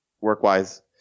work-wise